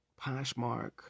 Poshmark